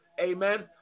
Amen